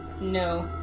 No